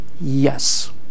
Yes